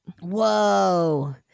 Whoa